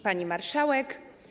Pani Marszałek!